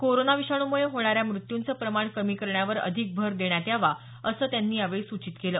corona विषाणूमुळे होणाऱ्या मृत्यूचं प्रमाण कमी करण्यावर अधिक भर देण्यात यावा असं त्यांनी यावेळी सूचित केलं